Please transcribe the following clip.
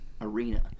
arena